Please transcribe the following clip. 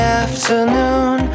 afternoon